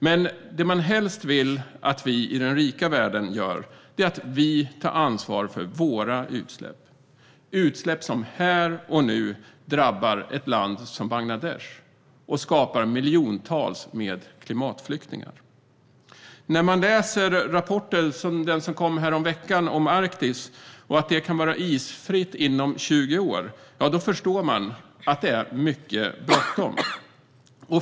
Men det man helst vill att vi i den rika världen gör är att vi tar ansvar för våra utsläpp - utsläpp som här och nu drabbar ett land som Bangladesh och skapar miljontals klimatflyktingar. När man läser rapporten som kom häromveckan om Arktis och att det kan vara isfritt inom 20 år förstår man att det är mycket bråttom.